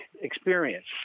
experience